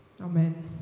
Amen